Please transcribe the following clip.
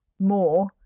more